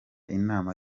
inama